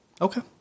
Okay